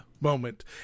moment